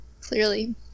Clearly